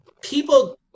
people